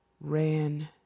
ran